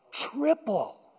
triple